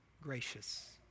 gracious